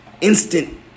Instant